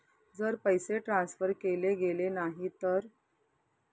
जर पैसे ट्रान्सफर केले गेले नाही तर?